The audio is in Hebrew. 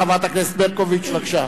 חברת הכנסת ברקוביץ, בבקשה.